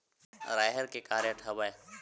राहेर के का रेट हवय?